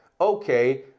okay